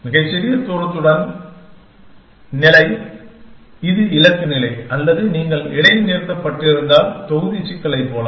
மிகச்சிறிய தூரத்துடன் மாநிலம் இது இலக்கு நிலை அல்லது நீங்கள் இடைநிறுத்தப்பட்டிருந்தால் தொகுதி சிக்கலைப் போல